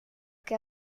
que